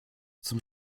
zum